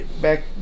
back